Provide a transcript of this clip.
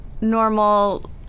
normal